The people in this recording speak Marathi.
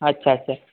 अच्छा अच्छा